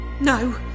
No